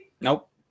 Nope